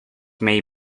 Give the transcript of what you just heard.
may